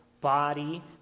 body